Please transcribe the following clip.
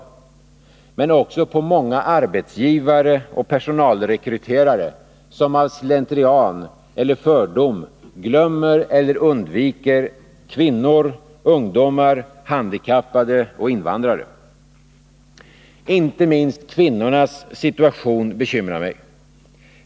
Men jag tänker också på många arbetsgivare och personalrekryterare som av slentrian eller fördom glömmer eller undviker kvinnor, ungdomar, handikappade och invandrare. Inte minst kvinnornas situation bekymrar mig.